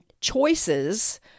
choices